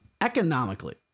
Economically